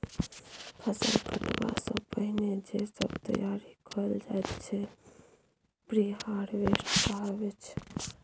फसल कटबा सँ पहिने जे सब तैयारी कएल जाइत छै प्रिहारवेस्ट कहाबै छै